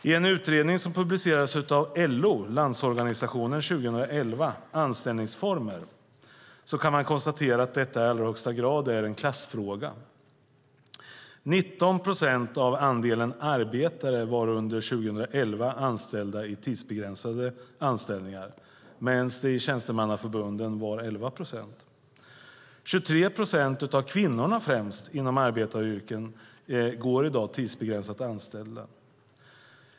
I en utredning som publicerats av LO, Landsorganisationen, Anställningsformer år 2011 , framgår att anställningsformer i allra högsta grad är en klassfråga. 19 procent av andelen arbetare var under 2011 anställda i tidsbegränsade anställningar. I tjänstemannaförbunden var andelen 11 procent. 23 procent av främst kvinnorna i arbetaryrken i dag har tidsbegränsade anställningar.